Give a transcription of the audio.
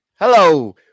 Hello